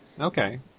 Okay